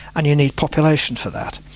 and you need population for that.